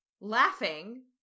laughing